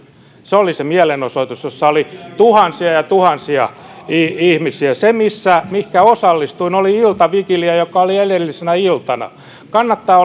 se oli se mielenosoitus jossa oli tuhansia ja tuhansia ihmisiä se mihinkä osallistuin oli iltavigilia joka oli edellisenä iltana kannattaa